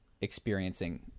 experiencing